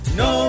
no